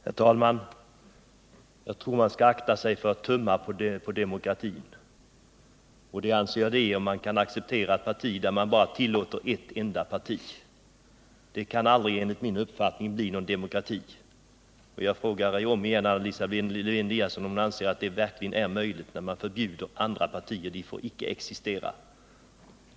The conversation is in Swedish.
Herr talman! Jag tror att man skall akta sig för att tumma på demokratin — och det anser jag att man gör om man accepterar ett system där bara ett enda parti tillåts. Det kan aldrig enligt min uppfattning bli någon demokrati. Jag frågar om igen Anna Lisa Lewén-Eliasson om hon anser att en demokrati verkligen är möjlig när man förbjuder andra partier.